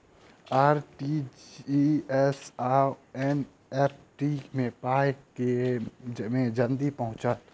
RTGS आओर NEFT मे पाई केँ मे जल्दी पहुँचत?